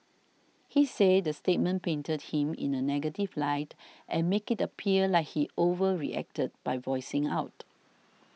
he said the statement painted him in a negative light and make it appear like he overreacted by voicing out